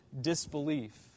disbelief